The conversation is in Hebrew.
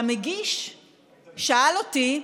והמגיש שאל אותי: